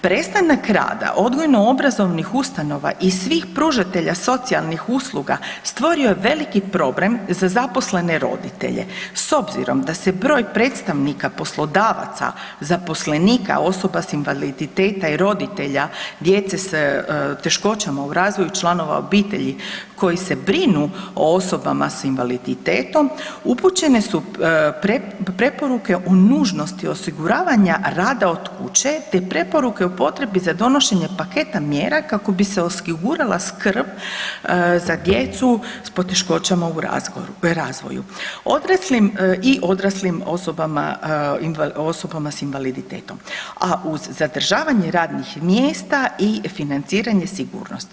Prestanak rada odgojno obrazovnih ustanova i svih pružatelja socijalnih usluga stvorio je veliki problem za zaposlene roditelje s obzirom da se broj predstavnika poslodavaca, zaposlenika osoba s invaliditetom i roditelja djece s teškoćama u razvoju, članova obitelji koji se brinu o osobama s invaliditetom upućene su preporuke o nužnosti osiguravanja rada od kuće te preporuke o potrebi za donošenje paketa mjera kako bi se osigurala skrb za djecu s poteškoćama u razvoju i odraslim osobama s invaliditetom, a uz zadržavanje radnih mjesta i financiranje sigurnosti.